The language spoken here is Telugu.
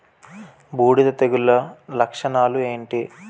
బూడిద తెగుల లక్షణాలు ఏంటి?